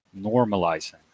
Normalizing